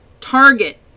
Target